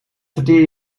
verteer